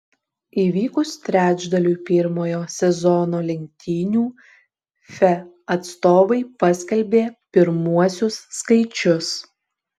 įvykus trečdaliui pirmojo sezono lenktynių fe atstovai paskelbė pirmuosius skaičius